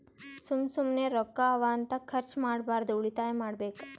ಸುಮ್ಮ ಸುಮ್ಮನೆ ರೊಕ್ಕಾ ಅವಾ ಅಂತ ಖರ್ಚ ಮಾಡ್ಬಾರ್ದು ಉಳಿತಾಯ ಮಾಡ್ಬೇಕ್